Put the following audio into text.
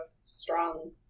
strong